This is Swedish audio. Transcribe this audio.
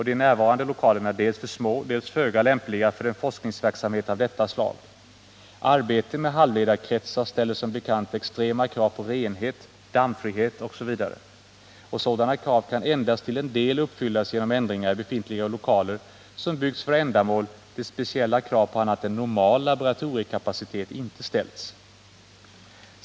De nuvarande lokalerna är dels för små, dels föga lämpliga för en forskningsverksamhet av detta slag. Arbete med halvledarkretsar ställer som bekant extrema krav på renhet, dammfrihet osv., och sådana krav kan endast till en del uppfyllas genom ändringar i befintliga lokaler, som byggts för ändamål där speciella krav på annat än ”normal” laboratoriekapacitet inte ställts.